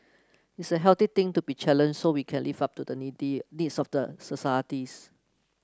it's a healthy thing to be challenged so we can live up to the needs of the societies